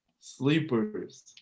Sleepers